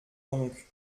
donc